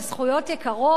אלה זכויות יקרות,